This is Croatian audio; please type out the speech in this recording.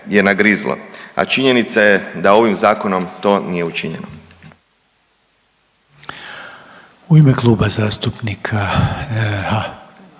je nagrizlo, a činjenica je da ovim zakonom to nije učinjeno.